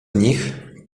nich